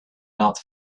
not